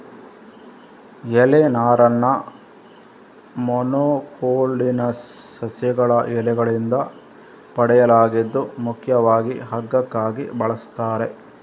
ಎಲೆ ನಾರನ್ನ ಮೊನೊಕೊಟಿಲ್ಡೋನಸ್ ಸಸ್ಯಗಳ ಎಲೆಗಳಿಂದ ಪಡೆಯಲಾಗಿದ್ದು ಮುಖ್ಯವಾಗಿ ಹಗ್ಗಕ್ಕಾಗಿ ಬಳಸ್ತಾರೆ